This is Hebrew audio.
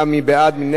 מי נגד?